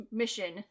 mission